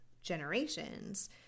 generations